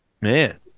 Man